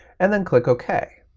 and then click ok.